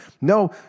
no